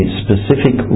specific